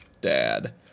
dad